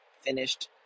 finished